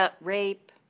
rape